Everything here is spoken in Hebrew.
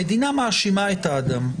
המדינה מאשימה את האדם.